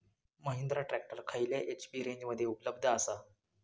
Mahindra tractor खयल्या HP रेंजमध्ये उपलब्ध आसा?